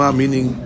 meaning